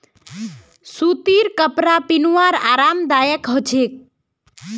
सूतीर कपरा पिहनवार आरामदायक ह छेक